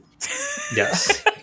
Yes